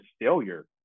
failure